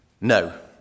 No